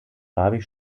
farbig